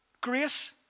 grace